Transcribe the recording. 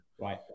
Right